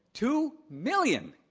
two million.